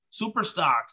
Superstocks